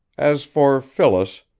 as for phyllis,